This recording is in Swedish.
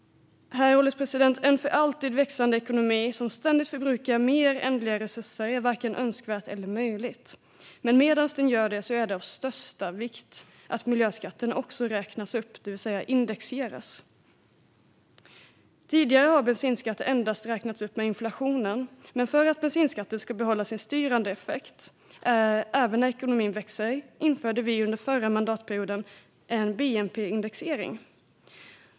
Herr ålderspresident! En för alltid växande ekonomi som ständigt förbrukar mer ändliga resurser är varken önskvärd eller möjlig, men medan den gör det är det av största vikt att miljöskatterna också räknas upp, det vill säga indexeras. Tidigare har bensinskatten endast räknats upp med inflationen, men för att bensinskatten ska behålla sin styrande effekt även när ekonomin växer införde vi under förra mandatperioden en bnp-indexering.